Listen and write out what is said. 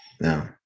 No